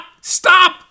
stop